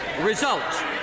result